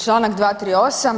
Članak 238.